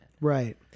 Right